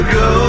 go